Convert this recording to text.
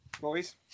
boys